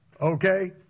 okay